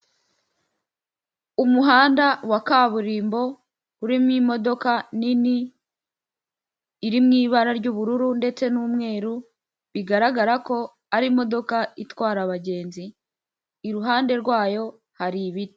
Umuhanda wa kaburimbo urimo imodoka nini iri mui ibara ry'ubururu ndetse n'umweru bigaragara ko ari imodoka itwara abagenzi, iruhande rwayo hari ibiti.